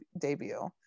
debut